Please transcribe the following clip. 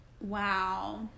wow